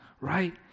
right